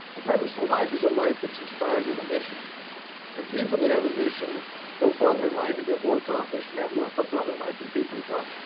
a purposeful life is a life that's inspired with a mission and people that have a mission go farther in life and get more accomplished and have more fulfillment in life than people that don't.